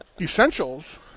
essentials